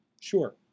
Sure